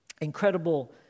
incredible